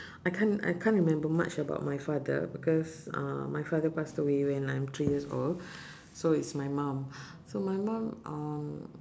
I can't I can't remember much about my father because uh my father passed away when I'm three years old so it's my mum so my mum um